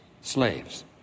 slaves